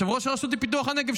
יושב-ראש הרשות לפיתוח הנגב,